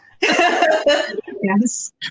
Yes